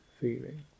feeling